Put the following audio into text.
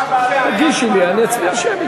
תגישו לי, נצביע שמית.